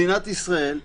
מדינת ישראל,